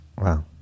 Wow